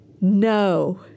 no